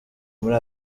muri